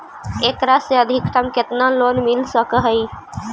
एकरा से अधिकतम केतना लोन मिल सक हइ?